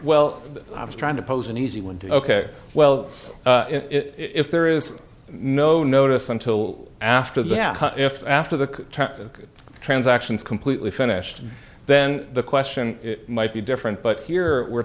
well i was trying to pose an easy one to ok well if there is no notice until after the yeah if after the transaction is completely finished then the question might be different but here we're